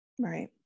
Right